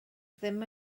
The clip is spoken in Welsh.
ddim